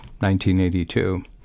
1982